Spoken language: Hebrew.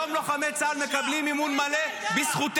לא יכולתם